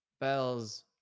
Bells